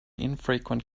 infrequent